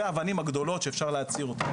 אלו האבנים הגדולות שאפשר להצהיר אותן,